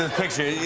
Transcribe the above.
ah picture.